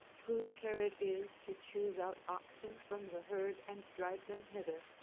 whose care it is to choose out oxen from the herd and drive them hither,